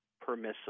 permissible